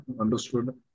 Understood